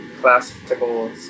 classical